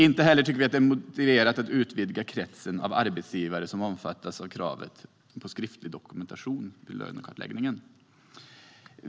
Inte heller tycker vi att det är motiverat att utvidga kretsen av arbetsgivare som omfattas av kravet på skriftlig dokumentation vid lönekartläggning.